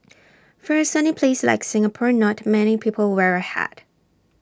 for A sunny place like Singapore not many people wear A hat